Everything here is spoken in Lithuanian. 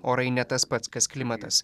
orai ne tas pats kas klimatas